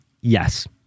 yes